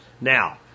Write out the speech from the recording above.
Now